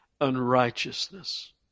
unrighteousness